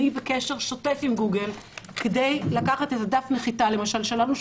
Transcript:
אני בקשר שוטף עם גוגל כדי לקחת איזה דף נחיתה שלנו שהוא